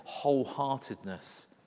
wholeheartedness